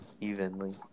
evenly